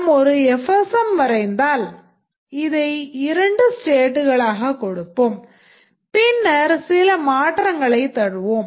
நாம் ஒரு FSM வரைந்தால் இதை இரண்டு stateகளாகக் கொடுப்போம் பின்னர் சில மாற்றங்களைத் தருவோம்